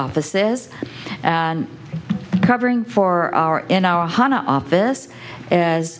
offices and covering for our in our office as